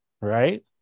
right